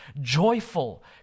joyful